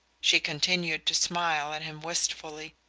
she continued to smile at him wistfully.